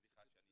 סליחה שאני